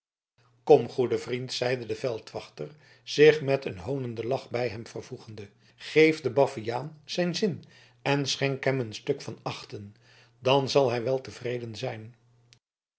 kom goede vriend zeide de veldwachter zich met een hoonenden lach bij hem vervoegende geef den baviaan zijn zin en schenk hem een stuk van achten dan zal hij wel tevreden zijn